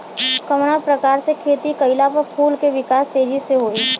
कवना प्रकार से खेती कइला पर फूल के विकास तेजी से होयी?